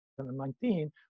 2019